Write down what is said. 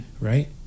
Right